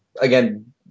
again